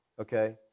Okay